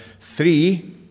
three